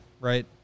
right